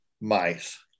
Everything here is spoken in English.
mice